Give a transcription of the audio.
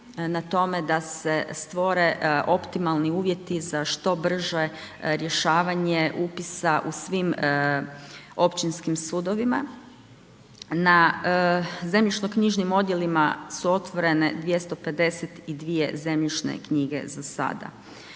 na tome da se stvore optimalni uvjeti za što brže rješavanje upisa u svim općinskim sudovima. Na zemljišnoknjižnim odjelima su otvorene 252 zemljišne knjige, za sada.